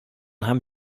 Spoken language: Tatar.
һәм